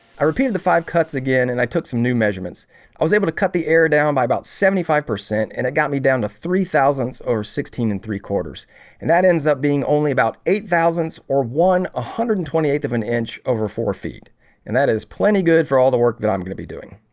i repeated the five cuts again, and i took some new measurements i was able to cut the air down by about seventy five percent and it got me down to three thousandths or sixteen and three four and that ends up being only about eight thousandths or one a hundred and twenty eighth of an inch over four feet and that is plenty good for all the work that i'm going to be doing.